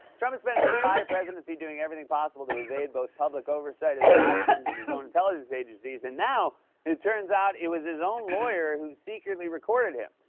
trump has spent his entire presidency doing everything possible to evade both public oversight of his actions and his own intelligence agencies, and now it turns out it was his own lawyer who secretly recorded him.